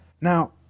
now